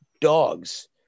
dogs